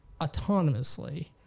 autonomously